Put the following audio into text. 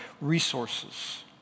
resources